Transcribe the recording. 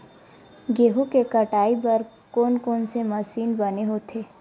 गेहूं के कटाई बर कोन कोन से मशीन बने होथे?